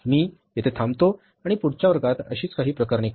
मी येथे थांबतो आणि पुढच्या वर्गात अशीच काही प्रकरणे करू